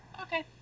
Okay